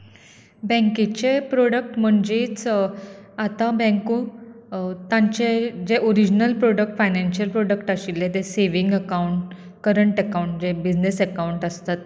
बॅंकेचे product म्हणजेच आतां बॅंको तांचे जे ऑरिजिनल प्रोडक्ट फायनेनशियल प्रोडक्ट आशिल्ले ते सेवींग अकाउंट करंट अकाउंट जे बिझनेस अकाउंट आसतात